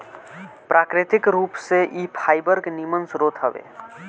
प्राकृतिक रूप से इ फाइबर के निमन स्रोत हवे